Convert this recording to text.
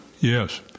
Yes